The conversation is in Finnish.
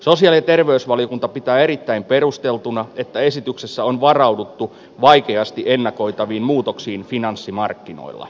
sosiaali ja terveysvaliokunta pitää erittäin perusteltuna että esityksessä on varauduttu vaikeasti ennakoitaviin muutoksiin finanssimarkkinoilla